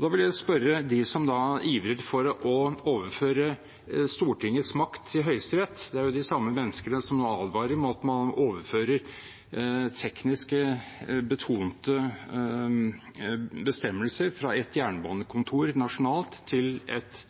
Da vil jeg spørre dem som ivret for å overføre Stortingets makt til Høyesterett, det er de samme menneskene som advarer mot at man overfører teknisk betonede bestemmelser fra et jernbanekontor nasjonalt til et